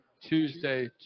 Tuesday